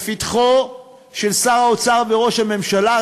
לפתחם של שר האוצר וראש הממשלה,